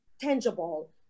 tangible